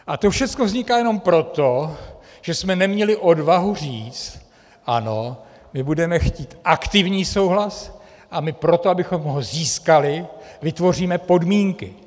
A to všecko vzniká jenom proto, že jsme neměli odvahu říct: Ano, my budeme chtít aktivní souhlas a my pro to, abychom ho získali, vytvoříme podmínky.